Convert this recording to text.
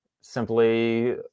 simply